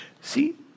See